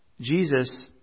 Jesus